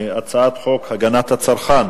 הצעת חוק הגנת הצרכן